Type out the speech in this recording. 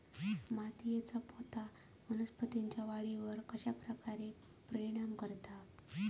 मातीएचा पोत वनस्पतींएच्या वाढीवर कश्या प्रकारे परिणाम करता?